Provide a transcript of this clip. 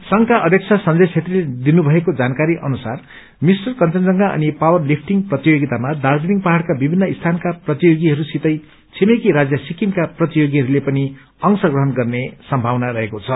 संघका अध्यक्ष संजय छेत्रीले दिनु षएको जानकारी अनुसार मिस्टर कंषनजंघा अनि पावर लिफ्टिंग प्रतियोगितामा वार्जासिङ पहाङ्का विभिन्न स्थानका प्रतियोगयीहरसितै छिमेकी राम्प सिक्किमका प्रतियोगीहस्ले पनि अंशप्रहण गर्ने सम्भावना रहेको छ